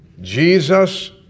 Jesus